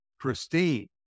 Christine